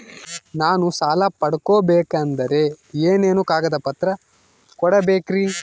ನಾನು ಸಾಲ ಪಡಕೋಬೇಕಂದರೆ ಏನೇನು ಕಾಗದ ಪತ್ರ ಕೋಡಬೇಕ್ರಿ?